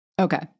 Okay